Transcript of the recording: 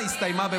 איזה משרד?